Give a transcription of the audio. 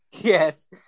Yes